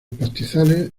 pastizales